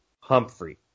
Humphrey